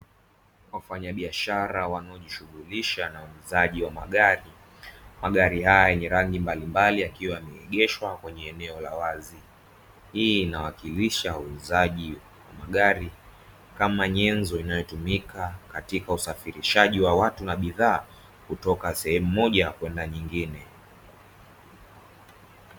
Wafanyabiashara wanaojishughulisha na uuzaji wa magari, magari haya yenye rangi mbalimbali yakiwa yameegeshwa kwenye eneo la wazi. Hii inawakilisha uuzaji wa magari kama nyenzo inayotumika katika usafirishaji wa watu na bidhaa kutoka sehemu moja kwenda nyingine